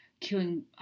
killing